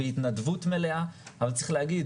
הם פעלו בהתנדבות מלאה אבל צריך להגיד,